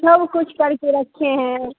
नव कुछ करके रखे हैं